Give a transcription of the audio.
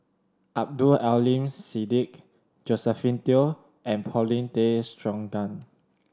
Abdul Aleem Siddique Josephine Teo and Paulin Tay Straughan